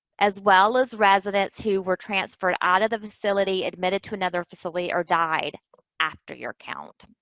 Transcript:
as well as residents who were transferred out of the facility admitted to another facility or died after your count.